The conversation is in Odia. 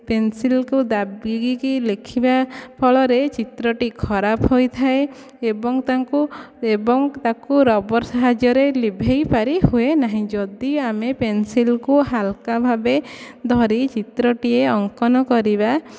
ପେନସିଲ୍କୁ ଦାବିକି ଲେଖିବା ଫଳରେ ଚିତ୍ରଟି ଖରାପ ହୋଇଥାଏ ଏବଂ ତାଙ୍କୁ ଏବଂ ତାକୁ ରବର୍ ସାହାଯ୍ୟରେ ଲିଭାଇ ପାରି ହୁଏନାହିଁ ଯଦି ଆମେ ପେନସିଲ୍କୁ ହାଲକା ଭାବେ ଧରି ଚିତ୍ରଟିଏ ଅଙ୍କନ କରିବା